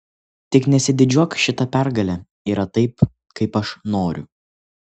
tik nesididžiuok šita pergale yra taip kaip aš noriu